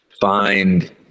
find